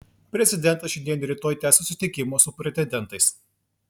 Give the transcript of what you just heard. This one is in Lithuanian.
prezidentas šiandien ir rytoj tęs susitikimus su pretendentais